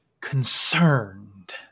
concerned